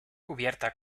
cubierta